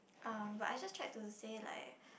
um but I just tried to say like